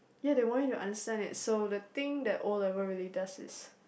ya they want you to understand it so the thing that O-level really does is